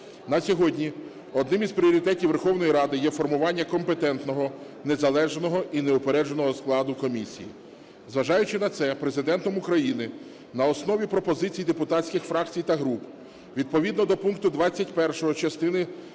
На сьогодні одним із пріоритетів Верховної Ради є формування компетентного незалежного і неупередженого складу комісії. Зважаючи на це, Президентом України на основі пропозицій депутатських фракцій та груп, відповідно до пункту 21 частини